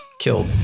killed